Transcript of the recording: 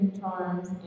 charms